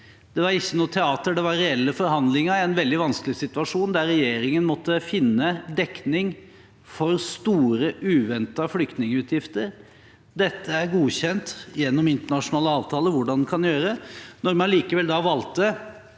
beredskapsdepartementet det var reelle forhandlinger i en veldig vanskelig situasjon, der regjeringen måtte finne dekning for store, uventede flyktningutgifter. Det er godkjent gjennom internasjonale avtaler hvordan dette kan gjøres. Når vi allikevel valgte